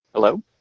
Hello